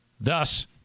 Thus